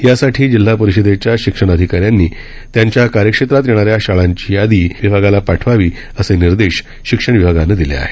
यासाठी जिल्हा परिषदेच्या शिक्षण अधिकाऱ्यांनी त्यांच्या कार्यक्षेत्रात येणाऱ्या शाळांची यादी विभागाला पाठवावी असे निर्देश शिक्षण विभागानं दिले आहेत